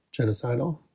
genocidal